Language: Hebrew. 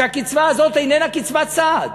והקצבה הזאת איננה קצבת סעד,